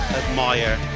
admire